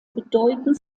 bedeutendste